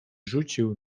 rzucił